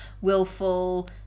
willful